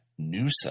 Nusa